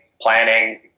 planning